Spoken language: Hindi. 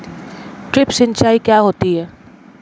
ड्रिप सिंचाई क्या होती हैं?